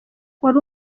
wari